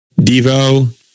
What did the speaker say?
Devo